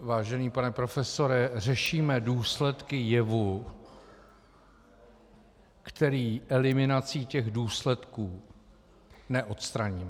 Vážený pane profesore, řešíme důsledky jevu, který eliminací těch důsledku neodstraníme.